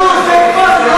חוסר אכפתיות.